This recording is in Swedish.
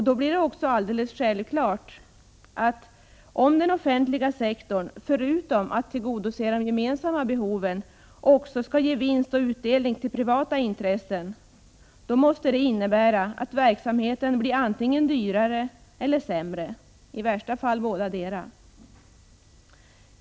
Då blir det också alldeles självklart, att om den offentliga sektorn förutom att tillgodose de gemensamma behoven också skall ge vinst och utdelning till privata intressen, måste det innebära att verksamheten blir antingen dyrare eller sämre, i värsta fall bådadera.